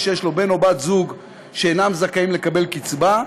שיש לו בן או בת זוג שאינם זכאים לקבל קצבה,